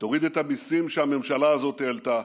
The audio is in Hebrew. תוריד את המיסים שהממשלה הזאת העלתה,